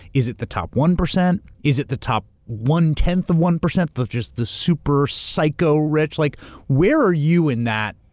is it the top one percent? is it the top one tenth of one percent, of just the super psycho rich? like where are you in that?